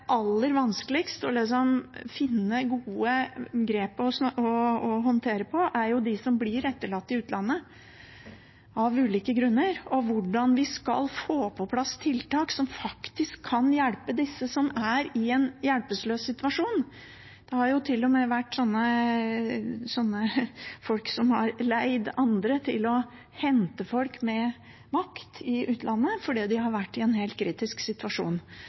blir etterlatt i utlandet – hvordan vi skal få på plass tiltak som faktisk kan hjelpe disse som er i en hjelpeløs situasjon. Det har til og med vært noen som har leid andre til å hente folk med makt i utlandet fordi de har vært i en helt kritisk situasjon.